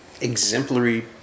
exemplary